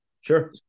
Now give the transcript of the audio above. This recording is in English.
Sure